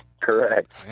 Correct